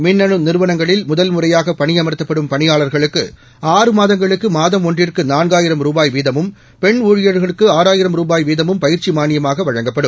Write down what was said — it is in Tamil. மின்னு நிறுவனங்களில் முதல் முறையாக பணியமாத்தப்படும் பணியாளாகளுக்கு ஆறு மாதங்களுக்கு மாதம் ஒன்றுக்கு நான்காயிரம் ரூபாய் வீதமும் பெண் ஊழியர்களுக்கு ஆறாயிரம் ரூபாய் வீதமும் பயிற்சி மானியமாக வழங்கப்படும்